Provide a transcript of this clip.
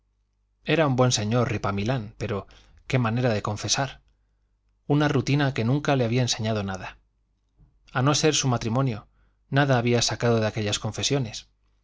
era un buen señor ripamilán pero qué manera de confesar una rutina que nunca le había enseñado nada a no ser su matrimonio nada había sacado de aquellas confesiones